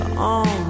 on